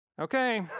Okay